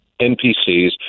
NPCs